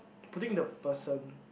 putting the person